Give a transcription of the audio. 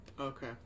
Okay